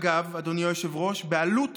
אגב, אדוני היושב-ראש, בעלות